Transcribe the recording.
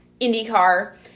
IndyCar